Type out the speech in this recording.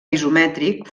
isomètric